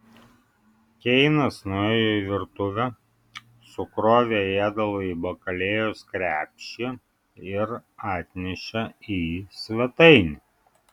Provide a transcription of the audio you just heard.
keinas nuėjo į virtuvę sukrovė ėdalą į bakalėjos krepšį ir atnešė į svetainę